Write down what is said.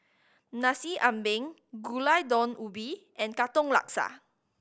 Nasi Ambeng Gulai Daun Ubi and Katong Laksa